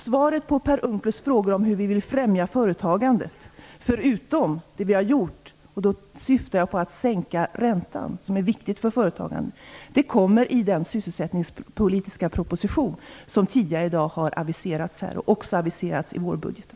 Svaret på Per Unckels frågor om hur vi vill främja företagandet förutom det vi har gjort - och då syftar jag på att sänka räntan som är viktigt för företagandet - kommer i den sysselsättningspolitiska proposition som har aviserats tidigare här i dag och i vårbudgeten.